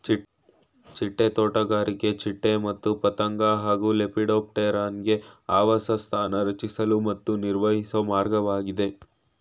ಚಿಟ್ಟೆ ತೋಟಗಾರಿಕೆ ಚಿಟ್ಟೆ ಮತ್ತು ಪತಂಗ ಹಾಗೂ ಲೆಪಿಡೋಪ್ಟೆರಾನ್ಗೆ ಆವಾಸಸ್ಥಾನ ರಚಿಸಲು ಮತ್ತು ನಿರ್ವಹಿಸೊ ಮಾರ್ಗವಾಗಿದೆ